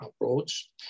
approach